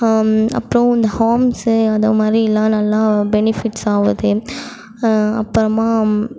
அப்புறம் இந்த ஹாம்சு அதுமாரி எல்லாம் நல்லா பெனிஃபிட்ஸ் ஆகுது அப்புறமா